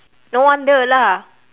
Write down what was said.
no wonder lah